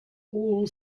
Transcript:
all